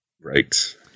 Right